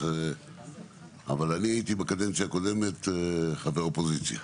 אבל אני הייתי בקדנציה הקודמת חבר אופוזיציה.